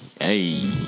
hey